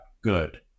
good